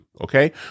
okay